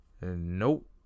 nope